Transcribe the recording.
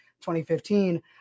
2015